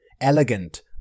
Elegant